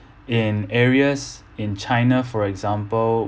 in areas in china for example